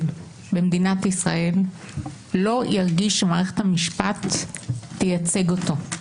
במדינת ישראל לא ירגיש שמערכת המשפט תייצג אותו.